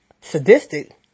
sadistic